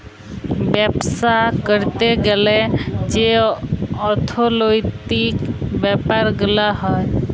বাপ্সা ক্যরতে গ্যালে যে অর্থলৈতিক ব্যাপার গুলা হ্যয়